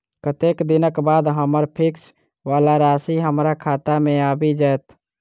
कत्तेक दिनक बाद हम्मर फिक्स वला राशि हमरा खाता मे आबि जैत?